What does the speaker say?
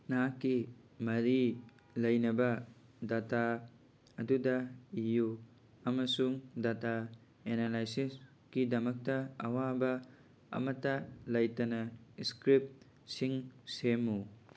ꯅꯍꯥꯛꯀꯤ ꯃꯔꯤ ꯂꯩꯅꯕ ꯗꯇꯥ ꯑꯗꯨꯗ ꯏꯌꯨ ꯑꯃꯁꯨꯡ ꯗꯇꯥ ꯑꯦꯅꯥꯂꯥꯏꯁꯤꯁꯀꯤꯗꯃꯛꯇ ꯑꯋꯥꯕ ꯑꯃꯠꯇ ꯂꯩꯇꯅ ꯏꯁꯀ꯭ꯔꯤꯞꯁꯤꯡ ꯁꯦꯝꯃꯨ